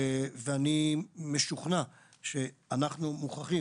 ואני משוכנע שאנחנו מוכרחים